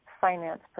finance